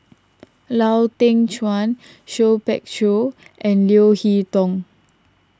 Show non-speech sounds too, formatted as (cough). (noise) Lau Teng Chuan Seah Peck Seah and Leo Hee Tong